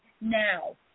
now